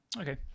okay